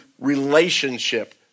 relationship